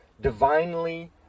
divinely